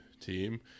team